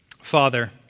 Father